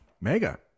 Mega